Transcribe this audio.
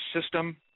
system